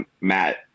Matt